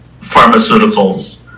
pharmaceuticals